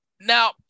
Now